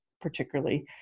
particularly